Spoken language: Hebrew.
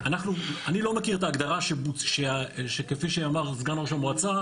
אני לא מכיר את ההגדרה כפי שאמר סגן ראש המועצה,